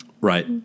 Right